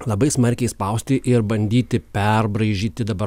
labai smarkiai spausti ir bandyti perbraižyti dabar